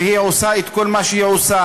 והיא עושה את כל מה שהיא עושה.